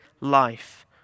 life